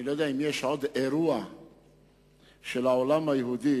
אני לא יודע אם יש עוד אירוע של העולם היהודי